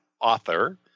author